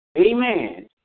Amen